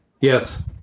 yes